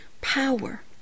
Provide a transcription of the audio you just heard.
power